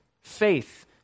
faith